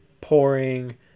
pouring